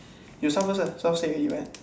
you start first ah